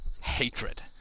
hatred